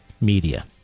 media